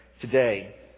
today